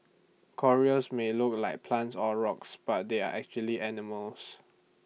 corals may look like plants or rocks but they are actually animals